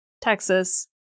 texas